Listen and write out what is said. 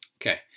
Okay